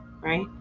right